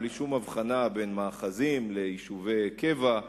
בלי שום הבחנה בין מאחזים ליישובי קבע,